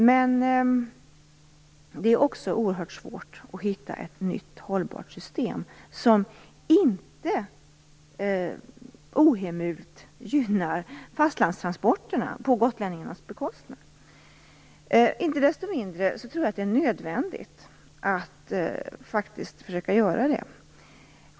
Men det är också oerhört svårt att hitta ett nytt, hållbart system som inte ohemult gynnar fastlandstransporterna på gotlänningarnas bekostnad. Inte desto mindre tror jag att det är nödvändigt att faktiskt hitta ett system.